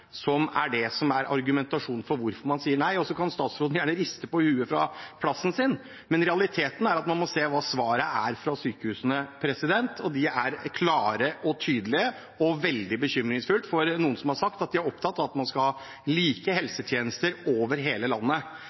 kostnadene for sykehusene som er argumentasjonen bak hvorfor man sier nei. Statsråden kan gjerne riste på hodet fra plassen sin, men realiteten er at man må se hva svaret fra sykehusene er, og de er klare og tydelige. Det er veldig bekymringsfullt for noen som har sagt at de er opptatt av at man skal ha like helsetjenester over hele landet.